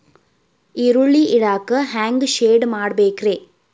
ಈರುಳ್ಳಿ ಇಡಾಕ ಹ್ಯಾಂಗ ಶೆಡ್ ಮಾಡಬೇಕ್ರೇ?